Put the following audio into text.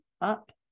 up